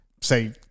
say